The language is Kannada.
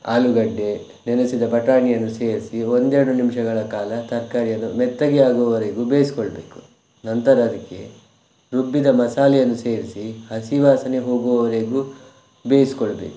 ಆಲೂಗಡ್ಡೆ ನೆನೆಸಿದ ಬಟಾಣಿಯನ್ನು ಸೇರಿಸಿ ಒಂದೆರಡು ನಿಮಿಷಗಳ ಕಾಲ ತರಕಾರಿಯನ್ನು ಮೆತ್ತಗೆ ಆಗುವವರೆಗೂ ಬೇಯಿಸಿಕೊಳ್ಳಬೇಕು ನಂತರ ಅದಕ್ಕೆ ರುಬ್ಬಿದ ಮಾಸಾಲೆಯನ್ನು ಸೇರಿಸಿ ಹಸಿ ವಾಸನೆ ಹೋಗುವವರೆಗೂ ಬೇಯಿಸಿಕೊಳ್ಳಬೇಕು